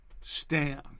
stand